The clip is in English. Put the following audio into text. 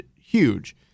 huge